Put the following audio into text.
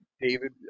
david